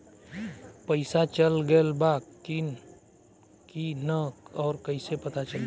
पइसा चल गेलऽ बा कि न और कइसे पता चलि?